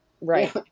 right